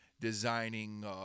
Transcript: Designing